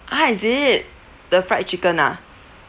ah is it the fried chicken ah